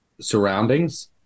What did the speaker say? surroundings